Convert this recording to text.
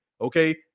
okay